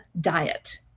diet